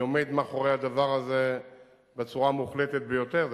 אני עומד מאחורי הדבר הזה בצורה המוחלטת ביותר.